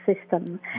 system